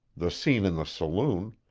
the scene in the saloon,